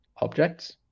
objects